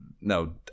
No